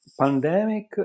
pandemic